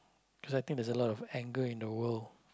cause I think there's a lot of anger in the world